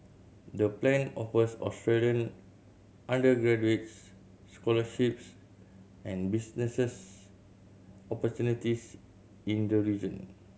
the plan offers Australian undergraduates scholarships and businesses opportunities in the region